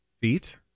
feet